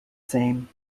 same